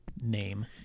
name